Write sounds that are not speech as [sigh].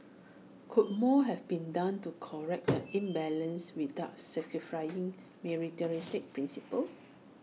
could more have been done to correct [noise] the imbalance without sacrificing meritocratic principles